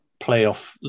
playoff